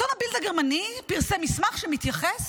העיתון הגרמני בילד פרסם מסמך שמתייחס